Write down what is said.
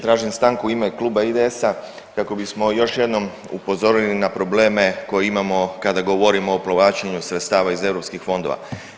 Tražim stanku u ime Kluba IDS-a kako bismo još jednom upozorili na probleme koje imamo kada govorimo o provlačenju sredstva iz europskih fondova.